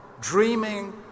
dreaming